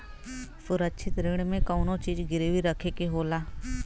सुरक्षित ऋण में कउनो चीज गिरवी रखे के होला